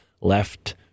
left